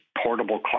portable